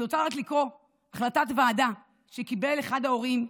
אני רוצה לקרוא החלטת ועדה שקיבל אחד ההורים,